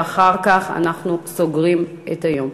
ואחר כך אנחנו סוגרים את היום.